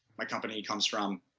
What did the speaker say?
my company comes from.